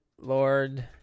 Lord